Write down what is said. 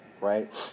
right